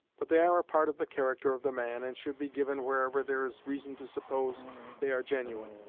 but they are a part of the character of the man, and should be given wherever there is reason to suppose they are genuine.